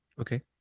Okay